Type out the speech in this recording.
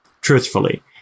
truthfully